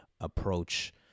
approach